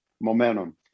momentum